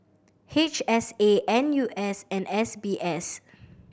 H S A N U S and S B S